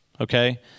Okay